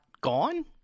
gone